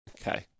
Okay